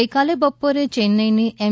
ગઈકાલે બપોરે ચેન્નાઈની એમ